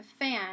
fan